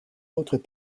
autres